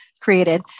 created